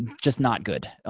just not good.